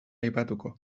aipatuko